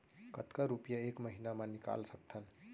कतका रुपिया एक महीना म निकाल सकथन?